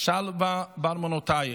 שלוה באַרְמְנוֹתָיִךְ,